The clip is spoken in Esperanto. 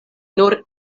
nur